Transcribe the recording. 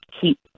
keep